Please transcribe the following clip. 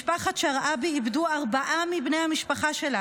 משפחת שרעבי איבדה ארבעה מבני המשפחה שלה.